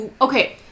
okay